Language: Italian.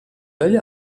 dagli